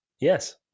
Yes